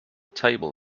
table